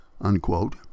unquote